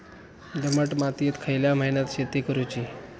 दमट मातयेत खयल्या महिन्यात शेती करुची?